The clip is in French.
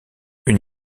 une